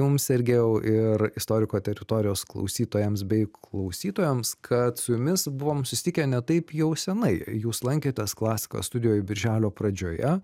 jums sergėjau ir istoriko teritorijos klausytojams bei klausytojams kad su jumis buvom susitikę ne taip jau senai jūs lankėtės klasika studijoj birželio pradžioje